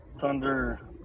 Thunder